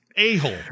a-hole